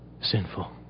sinful